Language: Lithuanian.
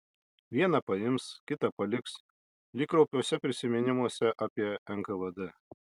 vieną paims kitą paliks lyg kraupiuose prisiminimuose apie nkvd